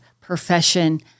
profession